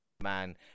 Man